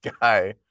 guy